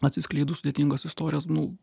atsiskleidus sudėtingas istorijas nu